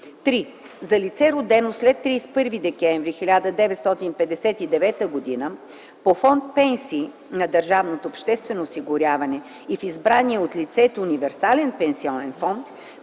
3. за лице, родено след 31 декември 1959 г. - по фонд „Пенсии” на държавното обществено осигуряване и в избрания от лицето универсален пенсионен фонд;